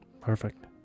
perfect